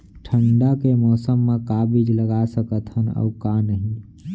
ठंडा के मौसम मा का का बीज लगा सकत हन अऊ का नही?